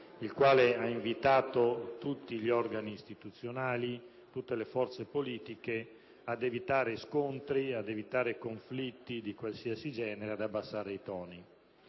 il quale ha invitato tutti gli organi istituzionali, tutte le forze politiche, ad evitare scontri, conflitti di qualsiasi genere e ad abbassare i toni.